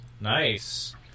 Nice